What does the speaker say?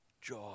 joy